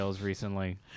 recently